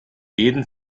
jeden